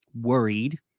worried